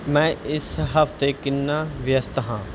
ਮੈਂ ਇਸ ਹਫ਼ਤੇ ਕਿੰਨਾ ਵਿਅਸਤ ਹਾਂ